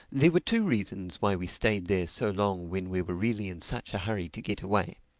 there were two reasons why we stayed there so long when we were really in such a hurry to get away.